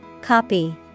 Copy